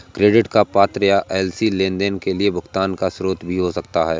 credit का पत्र या एल.सी लेनदेन के लिए भुगतान का स्रोत भी हो सकता है